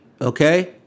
Okay